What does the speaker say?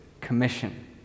Commission